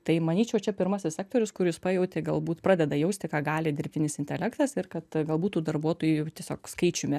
tai manyčiau čia pirmasis sektorius kuris pajautė galbūt pradeda jausti ką gali dirbtinis intelektas ir kad galbūt tų darbuotojų tiesiog skaičiumi